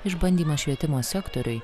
išbandymas švietimo sektoriui